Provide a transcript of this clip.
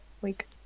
week